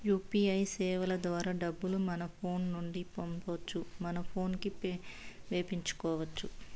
UPI సేవల ద్వారా డబ్బులు మన ఫోను నుండి పంపొచ్చు మన పోనుకి వేపించుకొచ్చు